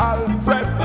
Alfred